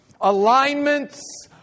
alignments